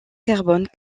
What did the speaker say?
carbone